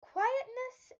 quietness